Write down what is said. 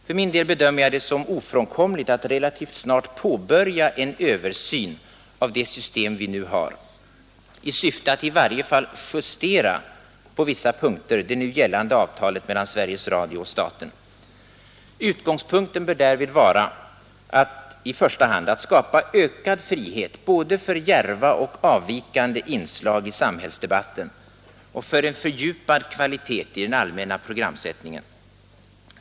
För min del bedömer jag det som ofrånkomligt att relativt snart påbörja en översyn av det system vi har, i syfte att i varje fall på vissa punkter justera det nu gällande avtalet mellan Sveriges Radio och staten. Utgångspunkten bör därvid i första hand vara att skapa ökad frihet både för djärva och avvikande inslag i samhällsdebatten och för en fördjupad kvalitet i den allmänna programsättningen.